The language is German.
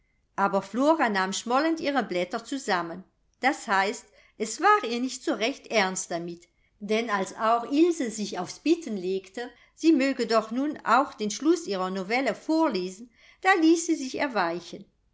aber flora nahm schmollend ihre blätter zusammen das heißt es war ihr nicht so recht ernst damit denn als auch ilse sich aufs bitten legte sie möge doch nun auch den schluß ihrer novelle vorlesen da ließ sie sich erweichen